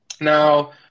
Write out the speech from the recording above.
Now